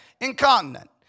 Incontinent